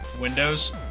Windows